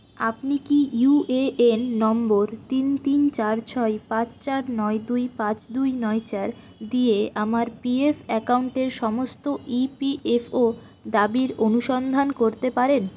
আপনি কি UAN number তিন তিন চার ছয় পাঁচ চার নয় দুই পাঁচ দুই নয় চার দিয়ে আমার পিএফ অ্যাকাউন্টের সমস্ত ইপিএফও দাবির অনুসন্ধান করতে পারেন